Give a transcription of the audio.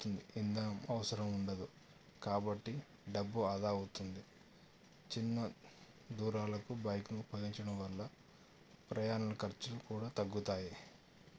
అవుతుంది ఇందనం అవసరం ఉండదు కాబట్టి డబ్బు ఆదా అవుతుంది చిన్న దూరాలకు బైక్ను ఉపయోగించడం వల్ల ప్రయాణం ఖర్చులు కూడా తగ్గుతాయి